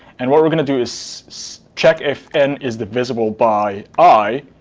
and what we're going to do is check if n is divisible by i,